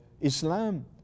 Islam